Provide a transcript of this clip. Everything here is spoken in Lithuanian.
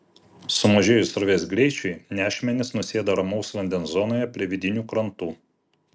sumažėjus srovės greičiui nešmenys nusėda ramaus vandens zonoje prie vidinių krantų